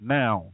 now